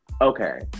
Okay